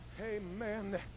Amen